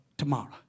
tomorrow